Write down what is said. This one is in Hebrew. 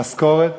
משכורת,